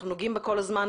אנחנו נוגעים בה כל הזמן,